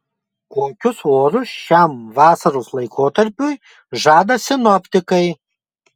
kokius orus šiam vasaros laikotarpiui žada sinoptikai